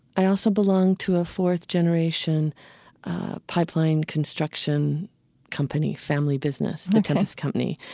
i also belong to a fourth-generation pipeline construction company, family business, the tempest company.